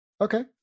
Okay